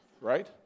right